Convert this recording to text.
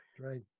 Right